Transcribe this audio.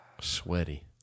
Sweaty